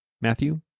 Matthew